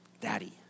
daddy